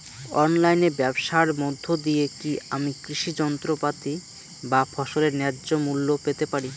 অনলাইনে ব্যাবসার মধ্য দিয়ে কী আমি কৃষি যন্ত্রপাতি বা ফসলের ন্যায্য মূল্য পেতে পারি?